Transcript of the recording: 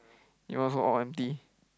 your one also all empty